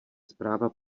zpráva